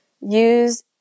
Use